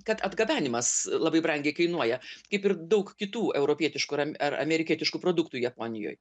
kad atgabenimas labai brangiai kainuoja kaip ir daug kitų europietiškų ar amerikietiškų produktų japonijoj